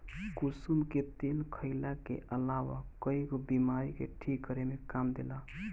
कुसुम के तेल खाईला के अलावा कईगो बीमारी के ठीक करे में काम देला